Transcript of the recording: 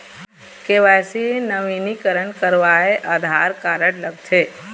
KYC नवीनीकरण करवाये Aadhaar card लगथे?